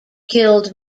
guild